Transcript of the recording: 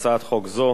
להצעת חוק זו